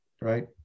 right